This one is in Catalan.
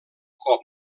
cop